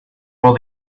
while